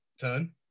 turn